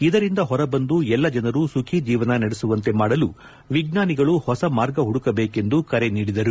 ಇದರಿಂದ ಹೊರಬಂದು ಎಲ್ಲಾ ಜನರು ಸುಖಿ ಜೀವನ ನಡೆಸುವಂತೆ ಮಾಡಲು ವಿಜ್ವಾನಿಗಳು ಹೊಸ ಮಾರ್ಗ ಹುಡುಕಬೇಕೆಂದು ಕರೆ ನೀಡಿದರು